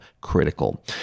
critical